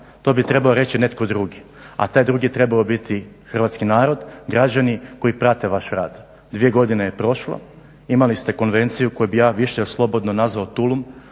To bi trebao reći netko drugi, a taj drugi trebao biti hrvatski narod, građani koji prate vaš rad. Dvije godine je prošlo. Imali ste konvenciju koju bih ja više slobodno nazvao tulum